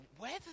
weather